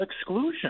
exclusion